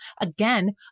Again